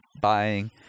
buying